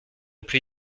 plus